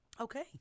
Okay